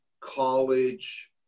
college